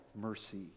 mercy